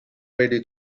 ready